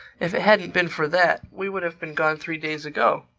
if it hadn't been for that, we would have been gone three days ago.